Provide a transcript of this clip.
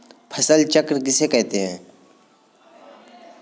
फसल चक्र किसे कहते हैं?